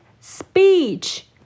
Speech